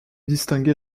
distinguer